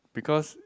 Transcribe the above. because